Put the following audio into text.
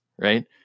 right